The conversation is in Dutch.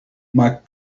maar